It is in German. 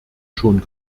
schon